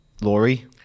Laurie